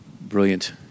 Brilliant